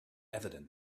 evident